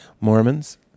Mormons